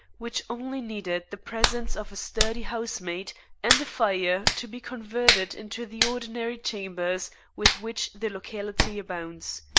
which only needed the presence of a sturdy housemaid and a fire to be converted into the ordinary chambers with which the locality abounds.